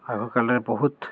ଆଗ କାଳରେ ବହୁତ